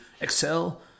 Excel